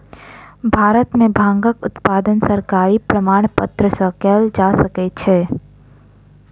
भारत में भांगक उत्पादन सरकारी प्रमाणपत्र सॅ कयल जा सकै छै